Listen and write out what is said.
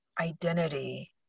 identity